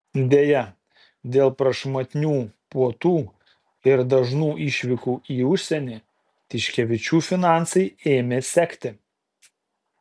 deja dėl prašmatnių puotų ir dažnų išvykų į užsienį tiškevičių finansai ėmė sekti